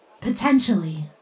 Potentially